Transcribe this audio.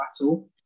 battle